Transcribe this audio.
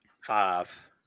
Five